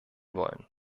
wollen